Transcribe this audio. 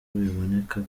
biboneka